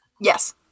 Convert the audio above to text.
Yes